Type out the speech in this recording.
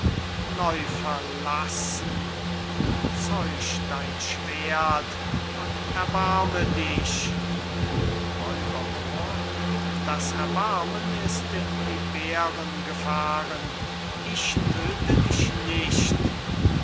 neu verlassen zeuch dein schwert und erbarme dich r moor das erbarmen ist zu den bären geflohen ich tödte dich nicht